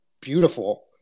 beautiful